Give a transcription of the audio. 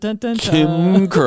Kim